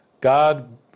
God